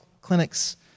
clinics